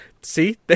See